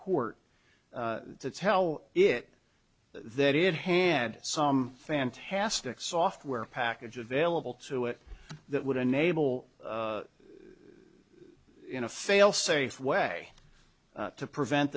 court to tell it that it hand some fantastic software package available to it that would enable in a fail safe way to prevent